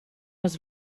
was